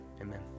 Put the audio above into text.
amen